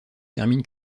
termine